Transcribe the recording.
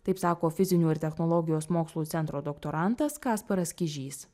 taip sako fizinių ir technologijos mokslų centro doktorantas kasparas kižys